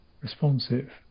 responsive